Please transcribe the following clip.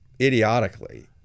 idiotically